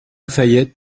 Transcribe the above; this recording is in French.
fayette